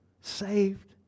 saved